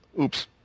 Oops